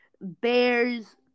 Bears